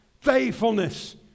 faithfulness